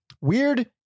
Weird